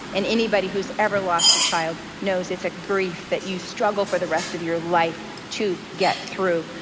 and anybody who's ever lost a child knows it's a grief that you struggle for the rest of your life to get through,